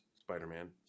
Spider-Man